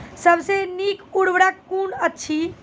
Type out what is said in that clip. सबसे नीक उर्वरक कून अछि?